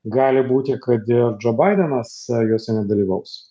gali būti kad dė džo baidenas jose nedalyvaus